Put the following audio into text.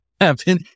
happen